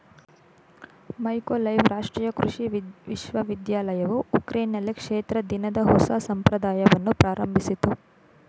Mykolaiv ರಾಷ್ಟ್ರೀಯ ಕೃಷಿ ವಿಶ್ವವಿದ್ಯಾಲಯವು ಉಕ್ರೇನ್ನಲ್ಲಿ ಕ್ಷೇತ್ರ ದಿನದ ಹೊಸ ಸಂಪ್ರದಾಯವನ್ನು ಪ್ರಾರಂಭಿಸಿತು